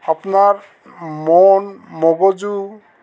আপোনাৰ মন মগজু